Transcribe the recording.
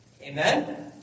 Amen